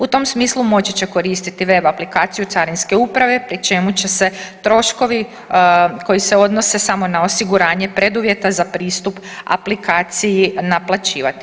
U tom smislu moći će koristiti web aplikaciju Carinske uprave pri čemu će se troškovi koji se odnose samo na osiguranje preduvjeta za pristup aplikaciji naplaćivati.